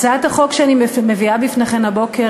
הצעת החוק שאני מביאה בפניכם הבוקר,